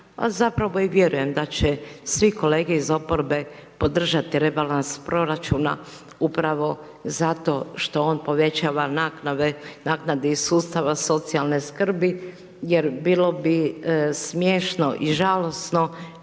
zapravo i vjerujem da će svi kolege iz oporbe podržati rebalans proračuna upravo zato što on povećava naknadni sustav socijalne skrbi jer bilo bi smiješno i žalosno